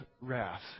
wrath